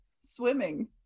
Swimming